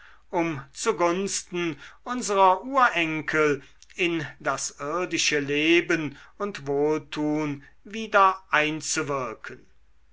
um zugunsten unsrer urenkel in das irdische leben und wohltun wieder einzuwirken